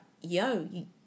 Yo